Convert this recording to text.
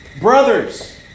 Brothers